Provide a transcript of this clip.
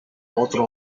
otro